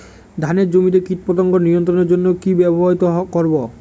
ধানের জমিতে কীটপতঙ্গ নিয়ন্ত্রণের জন্য কি ব্যবহৃত করব?